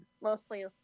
mostly